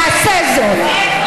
נעשה זאת.